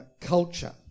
Culture